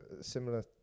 similar